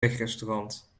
wegrestaurant